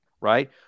right